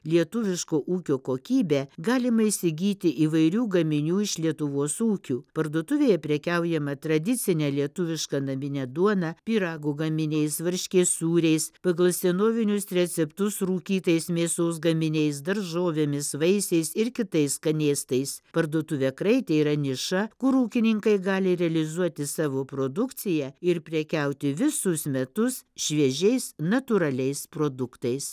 lietuviško ūkio kokybė galima įsigyti įvairių gaminių iš lietuvos ūkių parduotuvėje prekiaujama tradicine lietuviška namine duona pyrago gaminiais varškės sūriais pagal senovinius receptus rūkytais mėsos gaminiais daržovėmis vaisiais ir kitais skanėstais parduotuvė kraitė yra niša kur ūkininkai gali realizuoti savo produkciją ir prekiauti visus metus šviežiais natūraliais produktais